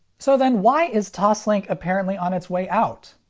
so then, why is toslink apparently on its way out?